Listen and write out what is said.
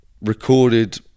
recorded